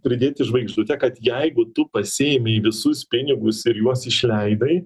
pridėti žvaigždutę kad jeigu tu pasiėmei visus pinigus ir juos išleidai